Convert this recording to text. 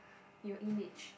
your image